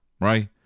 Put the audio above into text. right